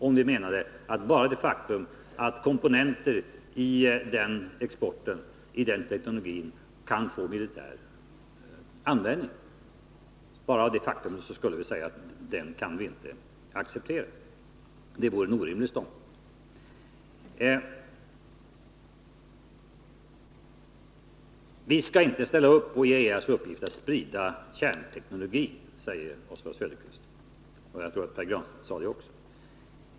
Om vi menar att bara det faktum att komponenter i den teknologi vi exporterar kan få militär användning är tillräckligt för att vi skall säga att vi inte kan acceptera detta, hamnar vi alltså på en orimlig ståndpunkt. Vi skall inte blåsa upp IAEA:s uppgift att sprida kärnteknologin, säger Oswald Söderqvist, och jag tror att Pär Granstedt sade det också.